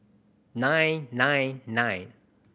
nine nine nine